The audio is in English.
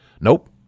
Nope